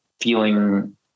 feeling